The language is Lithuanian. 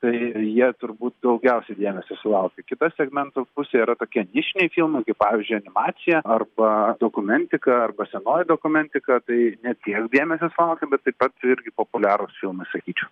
tai jie turbūt daugiausiai dėmesio sulaukia kita segmento pusė yra tokie nišiniai filmai pavyzdžiui animacija arba dokumentika arba senoji dokumentika tai ne tiek dėmesio sulaukia bet taip pat irgi populiarūs filmai sakyčiau